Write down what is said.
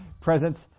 presents